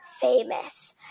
famous